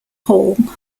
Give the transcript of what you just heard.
hall